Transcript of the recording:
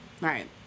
Right